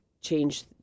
change